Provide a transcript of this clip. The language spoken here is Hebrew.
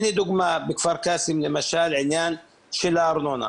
לדוגמא, בכפר קאסם למשל עניין של הארנונה.